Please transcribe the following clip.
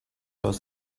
los